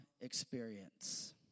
experience